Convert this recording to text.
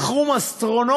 זה סכום אסטרונומי,